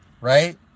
right